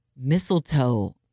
Mistletoe